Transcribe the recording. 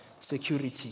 security